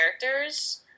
characters